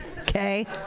Okay